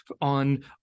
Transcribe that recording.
on